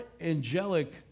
angelic